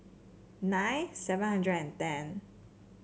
nine seven hundred and ten